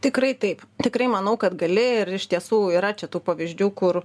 tikrai taip tikrai manau kad gali ir iš tiesų yra čia tų pavyzdžių kur